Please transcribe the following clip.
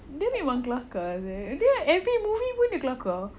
dia memang jelaka ke dia every movie pun dia jelaka